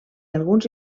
alguns